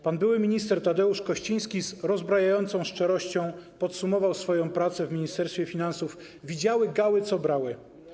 Pan były minister Tadeusz Kościński z rozbrajającą szczerością podsumował swoją pracę w Ministerstwie Finansów: widziały gały, co brały.